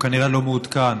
הוא כנראה לא מעודכן: